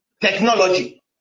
technology